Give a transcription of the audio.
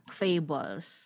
fables